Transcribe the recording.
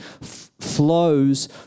flows